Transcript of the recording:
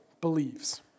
believes